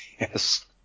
Yes